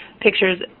pictures